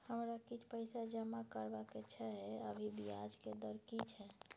हमरा किछ पैसा जमा करबा के छै, अभी ब्याज के दर की छै?